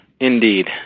Indeed